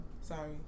Sorry